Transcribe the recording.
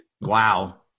Wow